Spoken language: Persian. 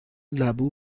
لبو